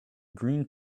green